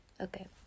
okay